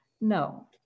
No